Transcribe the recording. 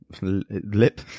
lip